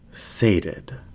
sated